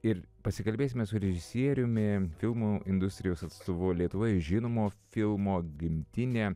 ir pasikalbėsime su režisieriumi filmų industrijos atstovu lietuvoje žinomu filmo gimtinė